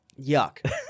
Yuck